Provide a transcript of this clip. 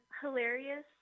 hilarious